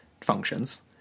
functions